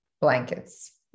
blankets